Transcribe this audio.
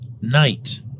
night